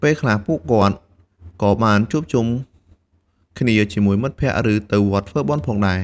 ពេលខ្លះពួកគាត់ក៏បានជួបជុំគ្នាជាមួយមិត្តភក្តិ ឬទៅវត្តធ្វើបុណ្យផងដែរ។